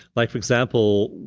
like for example,